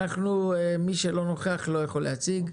מי שלא נוכח לא יכול להציג,